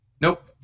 Nope